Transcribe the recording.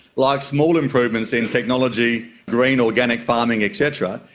like small improvements in technology, green organic farming et cetera,